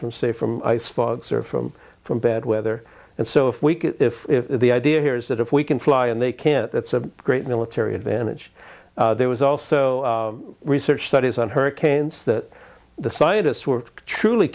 from say from ice fogs or from from bad weather and so if we can if the idea here is that if we can fly and they can't that's a great military advantage there was also research studies on hurricanes that the scientists were truly